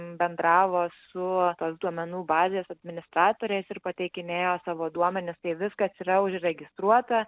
bendravo su tos duomenų bazės administratoriais ir pateikinėjo savo duomenis tai viskas yra užregistruota